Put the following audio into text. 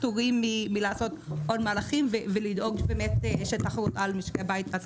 פטורים מלעשות עוד מהלכים ולדאוג שתהיה תחרות על משקי הבית.